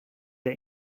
der